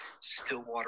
Stillwater